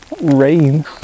rain